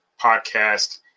podcast